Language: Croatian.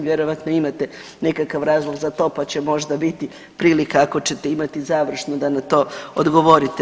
Vjerojatno imate nekakav razlog za to, pa će možda biti prilike ako ćete imati završno da na to odgovorite.